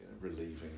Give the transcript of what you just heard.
relieving